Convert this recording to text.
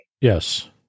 Yes